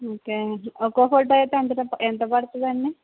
okay ఒక్కో photo అయితే ఎంత పడుతుంది అండి